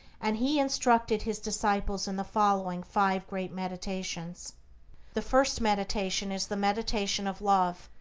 and he instructed his disciples in the following five great meditations the first meditation is the meditation of love,